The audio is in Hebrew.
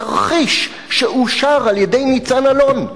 תרחיש שאושר על-ידי ניצן אלון.